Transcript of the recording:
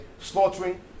slaughtering